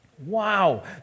wow